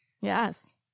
Yes